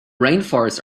rainforests